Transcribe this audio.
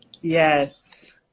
yes